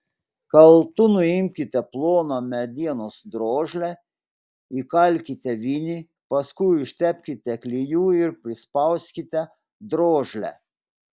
kaltu nuimkite ploną medienos drožlę įkalkite vinį paskui užtepkite klijų ir prispauskite drožlę